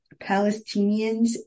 Palestinians